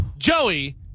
Joey